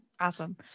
Awesome